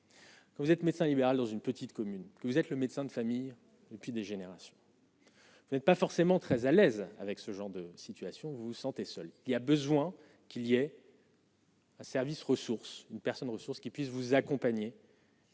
Vous êtes médecin libéral dans une petite commune, vous êtes le médecin de famille et puis des générations. Vous n'êtes pas forcément très à l'aise avec ce genre de situation, vous vous sentez seul il y a besoin qui liait. Service ressources une personne ressource qui puisse vous accompagner.